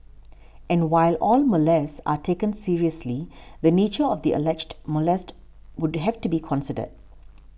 and while all molests are taken seriously the nature of the alleged molest would have to be considered